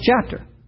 chapter